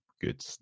Good